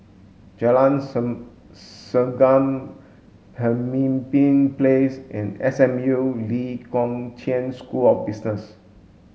Jalan Segam Pemimpin Place and S M U Lee Kong Chian School of Business